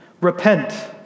Repent